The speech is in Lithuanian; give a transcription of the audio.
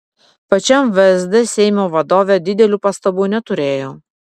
pačiam vsd seimo vadovė didelių pastabų neturėjo